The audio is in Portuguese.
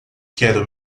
quero